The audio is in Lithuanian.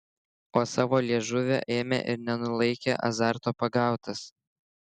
o savo liežuvio ėmė ir nenulaikė azarto pagautas